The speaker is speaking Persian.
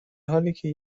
حالیکه